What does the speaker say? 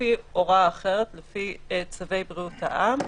לפי הוראה אחרת, לפי צווי בריאות העם,